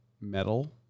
metal